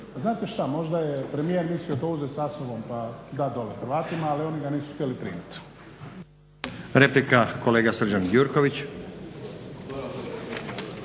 znate šta možda je premijer mislio to uzeti sa sobom pa dati dolje sa Hrvatima ali oni ga nisu htjeli primiti.